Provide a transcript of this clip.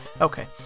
Okay